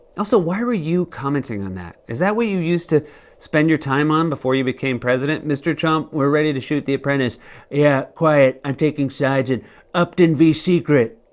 also, why were you commenting on that? is that what you used to spend your time on before you became president? mr. trump, we're ready to shoot the apprentice yeah, quiet. i'm taking sides in upton v. secret.